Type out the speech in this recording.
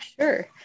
Sure